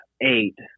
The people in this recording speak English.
eight